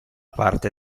parte